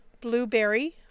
Blueberry